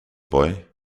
boy